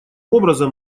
образом